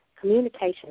communication